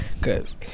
Cause